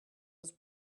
was